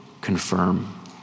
confirm